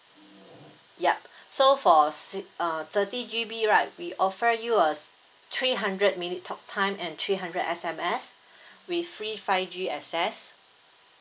yup so for six uh thirty G_B right we offer you a three hundred minute talk time and three hundred S_M_S with free five G access